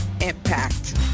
impact